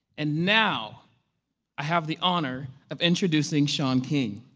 and now i have the honor of introducing shaun king.